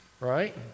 right